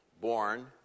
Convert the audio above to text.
Born